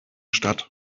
statt